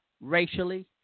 racially